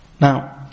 Now